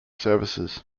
services